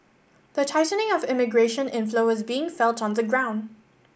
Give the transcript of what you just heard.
the tightening of immigration inflow was being felt on the ground